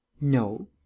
No